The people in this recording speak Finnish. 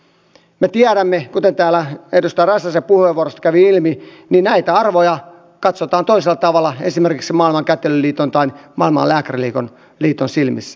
me tiedämme kuten täällä edustaja räsäsen puheenvuorosta kävi ilmi että näitä arvoja katsotaan toisella tavalla esimerkiksi maailman kätilöliiton tai maailman lääkäriliiton silmissä